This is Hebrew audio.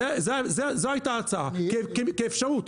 זו הייתה ההצעה, כאפשרות.